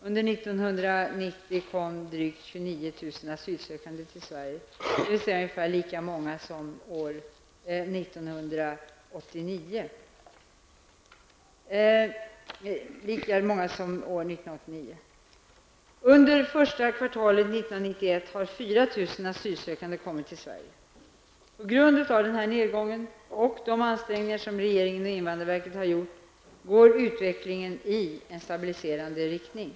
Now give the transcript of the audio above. Under 1990 kom drygt Under första kvartalet 1991 har 4 000 asylsökande kommit till Sverige. På grund av denna nedgång och de ansträngningar som regeringen och invandrarverket har gjort går utvecklingen i en stabiliserande riktning.